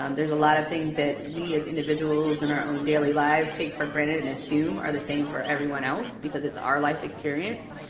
um there's a lot of things that we as individuals in our own daily lives take for granted and assume are the same for everyone else because it's our life experience,